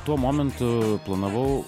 tuo momentu planavau